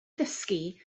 ddysgu